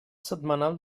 setmanal